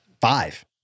five